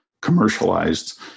commercialized